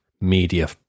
media